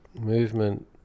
movement